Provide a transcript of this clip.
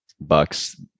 bucks